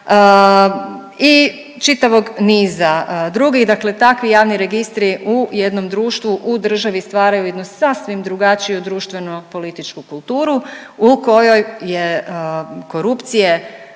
i čitavog niza drugih. Dakle, takvi javni registri u jednom društvu, u državi stvaraju jednu sasvim drugačiju društveno-političku kulturu u kojoj je korupcije